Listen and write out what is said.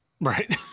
right